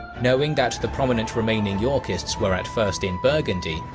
knowing that the prominent remaining yorkists were at first in burgundy,